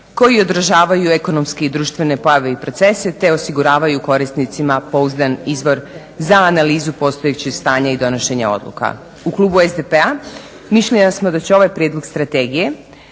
koji odražavaju ekonomske i društvene pojave i procese te osiguravaju korisnicima pouzdan izvor za analizu postojećih stanja i donošenja odluka. U klubu SDP-a mišljenja smo da će ovaj prijedlog strategije